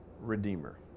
redeemer